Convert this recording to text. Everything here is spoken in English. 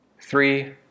three